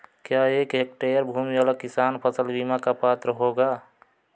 क्या एक हेक्टेयर भूमि वाला किसान फसल बीमा का पात्र होगा?